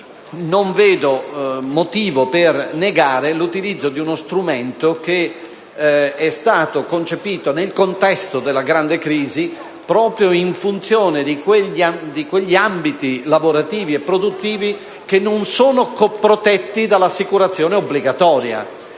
non vedo motivo per negare l'utilizzo di uno strumento che è stato concepito nel contesto della grande crisi proprio in funzione di quegli ambiti lavorativi e produttivi che non sono protetti dall'assicurazione obbligatoria.